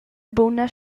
buna